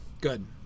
good